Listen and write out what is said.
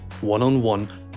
one-on-one